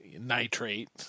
nitrate